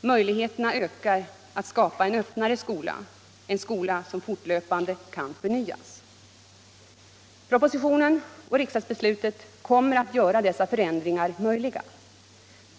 Möjligheterna ökar att skapa en öppnare skola, en skola som fortlöpande kan förnyas. Propositionen och riksdagsbeslutet kommer att göra dessa förändringar möjliga.